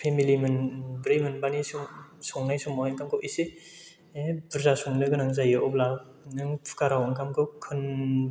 family मोनब्रै मोनबानि संनाय समावहाय ओंखामखौ एसे बुरजा संनो गोनां जायो अब्ला नों कुकार आव ओंखामखौ खन